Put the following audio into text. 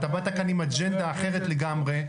באת לכאן עם אג'נדה אחרת לגמרי,